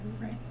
right